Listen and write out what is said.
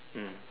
mm